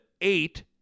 eight